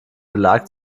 belag